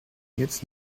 jetzt